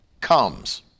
comes